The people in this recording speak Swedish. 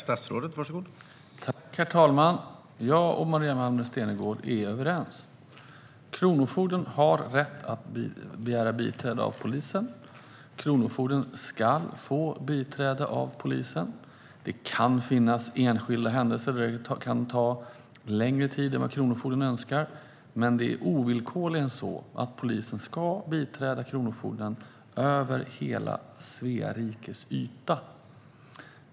Herr talman! Maria Malmer Stenergard och jag är överens. Kronofogden har rätt att begära biträde av polisen och ska få det. Det kan finnas enskilda händelser då det kan ta längre tid än vad kronofogden önskar, men polisen ska ovillkorligen biträda kronofogden över hela Svea rikes yta.